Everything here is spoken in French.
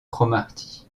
cromarty